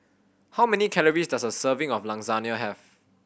how many calories does a serving of Lasagna have